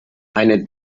eine